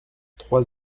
trois